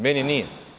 Meni nije.